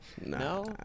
No